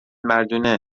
مردونه